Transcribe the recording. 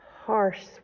harsh